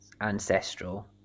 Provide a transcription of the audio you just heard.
ancestral